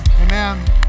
Amen